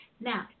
Now